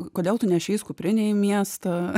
kodėl tu nešeis kuprinę į miestą